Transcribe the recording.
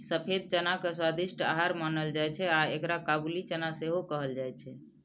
सफेद चना के स्वादिष्ट आहार मानल जाइ छै आ एकरा काबुली चना सेहो कहल जाइ छै